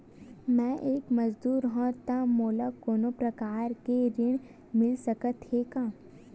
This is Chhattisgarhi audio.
मैं एक मजदूर हंव त मोला कोनो प्रकार के ऋण मिल सकत हे का?